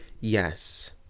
Yes